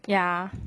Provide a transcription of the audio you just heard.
ya